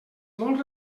molt